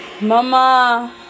Mama